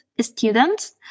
students